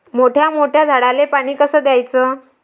मोठ्या मोठ्या झाडांले पानी कस द्याचं?